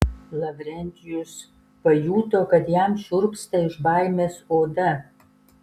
lavrentijus pajuto kad jam šiurpsta iš baimės oda